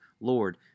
Lord